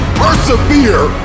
persevere